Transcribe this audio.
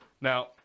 Now